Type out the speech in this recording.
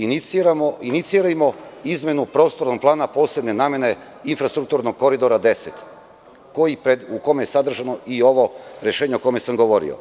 Inicirajmo izmenu Prostornog plana posebne namene infrastrukturnog Koridora 10, u kome je sadržano i ovo rešenje o kome sam govorio.